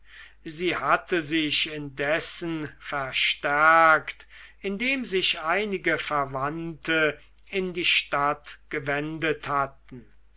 sie hatte sich indessen verstärkt indem sich einige verwandte in die stadt gewendet hatten